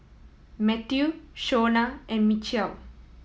Mathew Shona and Michial